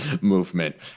movement